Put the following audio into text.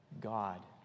God